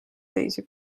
teisi